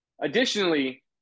Additionally